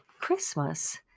Christmas